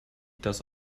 das